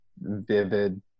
vivid